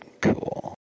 cool